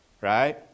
Right